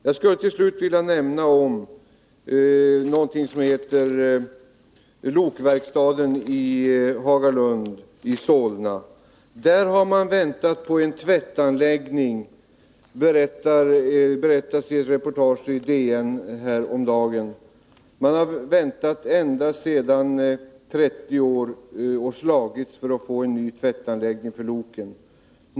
Jag skulle till slut vilja nämna lokverkstaden i Hagalund i Solna. Där har man väntat på en tvättanläggning i 30 år, berättas det i ett reportage i Dagens Nyheter häromdagen. I 30 år har man slagits för att få en ny tvättanläggning för loken.